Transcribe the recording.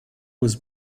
was